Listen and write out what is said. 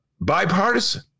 bipartisan